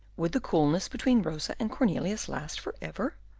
would the coolness between rosa and cornelius last for ever?